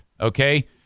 okay